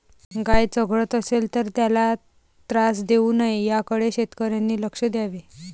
गाय चघळत असेल तर त्याला त्रास देऊ नये याकडे शेतकऱ्यांनी लक्ष द्यावे